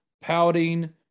pouting